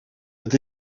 het